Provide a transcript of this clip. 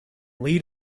lead